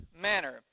manner